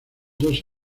dos